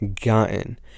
gotten